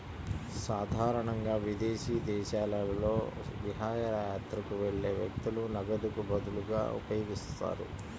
సాధారణంగా విదేశీ దేశాలలో విహారయాత్రకు వెళ్లే వ్యక్తులు నగదుకు బదులుగా ఉపయోగిస్తారు